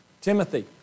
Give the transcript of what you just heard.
Timothy